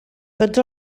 tots